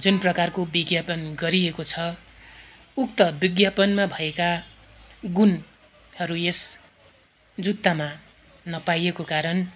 जुन प्रकारको विज्ञापन गरिएको छ उक्त विज्ञापनमा भएका गुणहरू यस जुत्तामा नपाइएको कारण